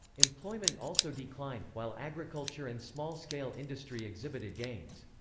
employment also decline, while agriculture and small-scale industry exhibited gains.